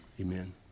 amen